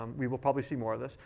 um we will probably see more of this.